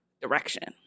direction